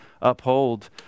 uphold